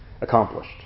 Accomplished